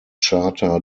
charta